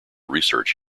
research